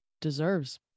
deserves